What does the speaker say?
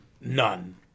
none